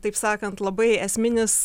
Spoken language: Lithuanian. taip sakant labai esminis